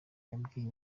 yabwiye